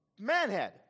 manhead